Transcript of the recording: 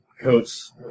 coats